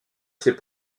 ces